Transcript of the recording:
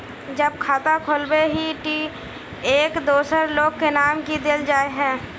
जब खाता खोलबे ही टी एक दोसर लोग के नाम की देल जाए है?